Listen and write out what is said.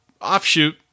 offshoot